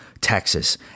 Texas